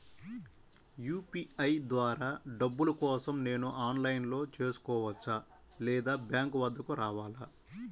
UPI ద్వారా డబ్బులు కోసం నేను ఆన్లైన్లో చేసుకోవచ్చా? లేదా బ్యాంక్ వద్దకు రావాలా?